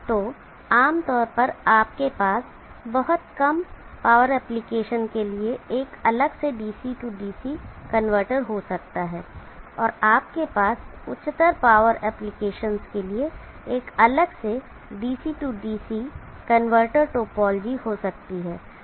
तो आम तौर पर आपके पास बहुत कम पावर एप्लीकेशंस के लिए एक अलग से डीसी डीसी कनवर्टर हो सकता है और आपके पास उच्चतर पावर एप्लीकेशंस के लिए एक अलग से DC DC कनवर्टर टोपोलॉजी हो सकती है